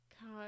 God